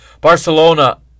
barcelona